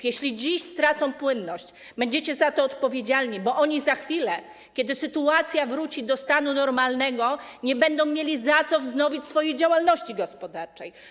Jeśli dziś stracą płynność, będziecie za to odpowiedzialni, bo oni za chwilę, kiedy sytuacja wróci do normalnego stanu, nie będą mieli za co wznowić swojej działalności gospodarczej.